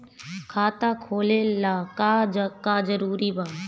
खाता खोले ला का का जरूरी बा?